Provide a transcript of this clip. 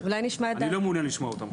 אני לא מעוניין לשמוע אותם.